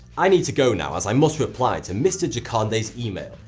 i need to go now as i must reply to mister jakande's email,